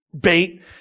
bait